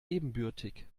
ebenbürtig